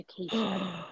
education